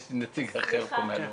יש נציג אחר פה מהלאומית.